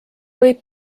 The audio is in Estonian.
võib